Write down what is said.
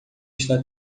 está